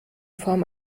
form